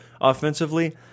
offensively